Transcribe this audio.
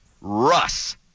Russ